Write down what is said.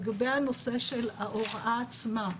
לגבי הנושא של ההוראה עצמה,